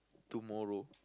tomorrow